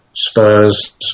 Spurs